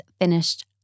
finished